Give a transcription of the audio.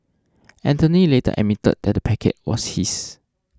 Anthony later admitted that the packet was his